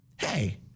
Hey